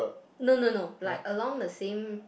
no no no like along the same